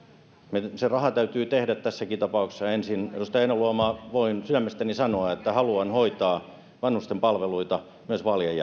se raha täytyy tehdä tässäkin tapauksessa ensin edustaja heinäluoma voin sydämestäni sanoa että haluan hoitaa vanhusten palveluita myös vaalien